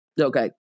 Okay